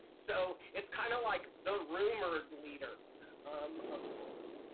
so it's kind of like the rumored leader um of sorts.